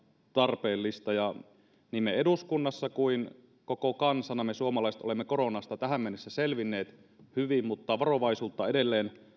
tarpeellista ja niin me eduskunnassa kuin koko kansana me suomalaiset olemme koronasta tähän mennessä selvinneet hyvin mutta varovaisuutta edelleen